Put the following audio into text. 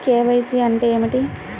KYC అంటే ఏమిటి?